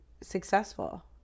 successful